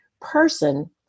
person